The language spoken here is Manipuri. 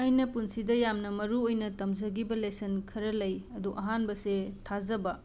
ꯑꯩꯅ ꯄꯨꯟꯁꯤꯗ ꯌꯥꯝꯅ ꯃꯔꯨꯑꯣꯏꯅ ꯇꯝꯖꯈꯤꯕ ꯂꯦꯁꯟ ꯈꯔ ꯂꯩ ꯑꯗꯣ ꯑꯍꯥꯟꯕꯁꯦ ꯊꯥꯖꯕ